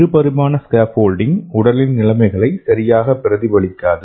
இரு பரிமாண ஸ்கேஃபோல்டிங் உடலின் நிலைமைகளை சரியாக பிரதிபலிக்காது